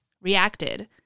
reacted